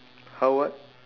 how what